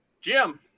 Jim